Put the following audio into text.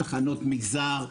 תחנות מגזר,